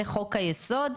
היסוד,